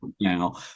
now